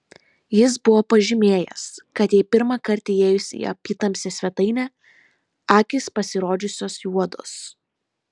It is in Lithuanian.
jis buvo pažymėjęs kad jai pirmąkart įėjus į apytamsę svetainę akys pasirodžiusios juodos